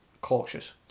cautious